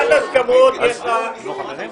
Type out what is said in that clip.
לוועדת ההסכמות יש פורמט מסוים,